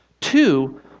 Two